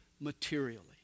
materially